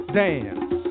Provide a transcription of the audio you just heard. dance